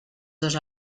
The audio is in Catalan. dos